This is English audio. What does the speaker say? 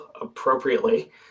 appropriately